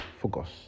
Focus